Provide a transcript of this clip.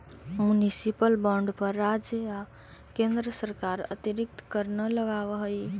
municipal bond पर राज्य या केन्द्र सरकार अतिरिक्त कर न लगावऽ हइ